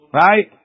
right